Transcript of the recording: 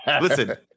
listen